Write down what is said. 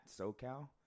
socal